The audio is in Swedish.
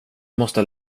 måste